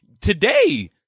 today